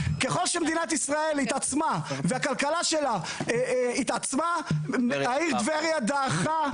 ככל שמדינת ישראל התעצמה והכלכלה שלה התעצמה העיר טבריה דעכה,